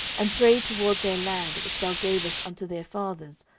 and pray toward their land, which thou gavest unto their fathers,